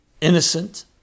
innocent